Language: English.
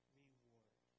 reward